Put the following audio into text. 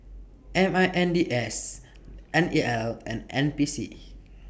M I N D S N E L and N P C